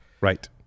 Right